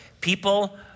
people